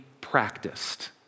practiced